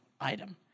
item